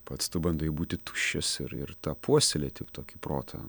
pats tu bandai būti tuščias ir ir tą puoselėti tokį protą